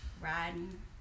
riding